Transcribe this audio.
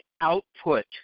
output